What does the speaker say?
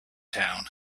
town